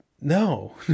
no